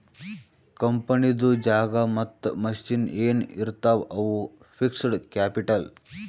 ಕಂಪನಿದು ಜಾಗಾ ಮತ್ತ ಮಷಿನ್ ಎನ್ ಇರ್ತಾವ್ ಅವು ಫಿಕ್ಸಡ್ ಕ್ಯಾಪಿಟಲ್